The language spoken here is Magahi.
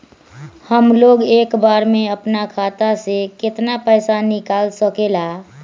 हमलोग एक बार में अपना खाता से केतना पैसा निकाल सकेला?